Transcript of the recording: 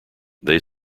they